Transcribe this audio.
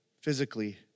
physically